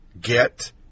Get